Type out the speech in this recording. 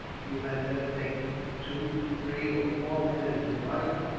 you had better take two, three, or four men, as you like,